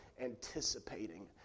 anticipating